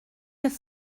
have